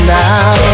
now